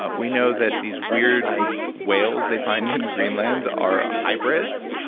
ah we know that these weird whales they find in greenland are hybrids.